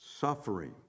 suffering